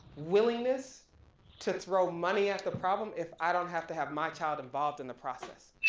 willingness to throw money at the problem, if i don't have to have my child involved in the process.